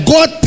God